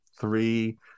three